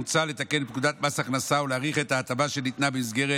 מוצע לתקן את פקודת מס הכנסה ולהאריך את ההטבה שניתנה במסגרת